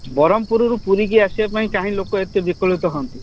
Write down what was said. ବ୍ରହ୍ମପୁରରୁ ପୁରୀକି ଆସିବା ପାଇଁ କାହିଁ ଲୋକ ଏତେ ବିକଳିତ ହୁଅନ୍ତି